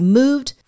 moved